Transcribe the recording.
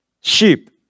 sheep